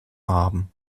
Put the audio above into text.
haben